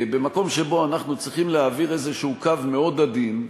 במקום שבו אנחנו צריכים להעביר איזה קו מאוד עדין,